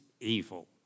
evil